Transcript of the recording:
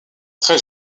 très